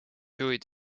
juhid